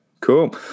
cool